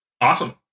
awesome